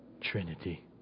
Trinity